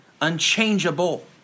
unchangeable